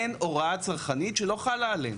אין הוראה צרכנית שלא חלה עליהם.